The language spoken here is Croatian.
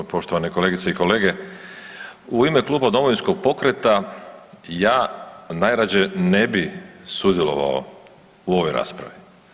Poštovane kolegice i kolege, u ime Kluba Domovinskog pokreta ja najrađe ne bi sudjelovao u ovoj raspravi.